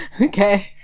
okay